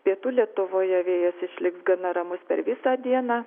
pietų lietuvoje vėjas išliks gana ramus per visą dieną